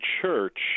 church